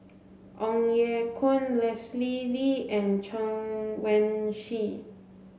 Ong Ye Kung Leslie Kee and Chen Wen Hsi